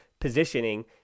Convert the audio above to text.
positioning